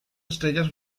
estrellas